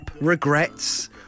regrets